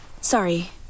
Sorry